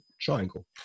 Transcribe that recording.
triangle